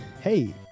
hey